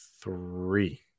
three